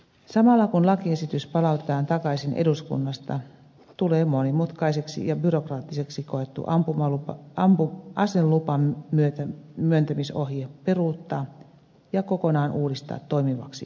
samalla kun lakiesitys palautetaan takaisin eduskunnasta tulee monimutkaiseksi ja byrokraattiseksi koettu ampuma aseluvan myöntämisohje peruuttaa ja uudistaa kokonaan toimivaksi ohjeeksi